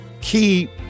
Keep